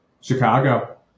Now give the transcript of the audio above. Chicago